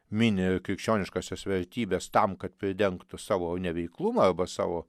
mini krikščioniškąsias vertybes tam kad pridengtų savo neveiklumą arba savo